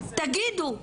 תגידו,